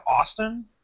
Austin